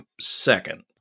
second